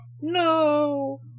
No